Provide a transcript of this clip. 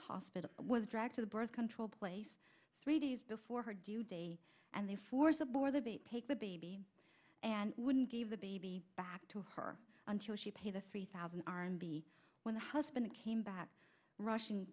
hospital was dragged to the birth control place three days before her due date and they force aboard the big take the baby and wouldn't give the baby back to her until she paid a three thousand r and b when the husband came back rushing